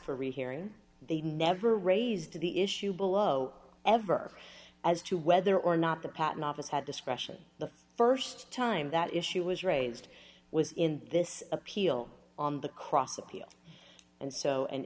for rehearing they never raised the issue below ever as to whether or not the patent office had discretion the st time that issue was raised was in this appeal on the cross appeal and so an